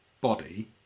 body